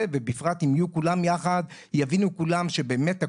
ובפרט אם הן יהיו כולן יחד ויבינו כל האזרחים יחד שבאמת,